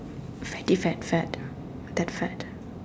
fatty fad fad that fad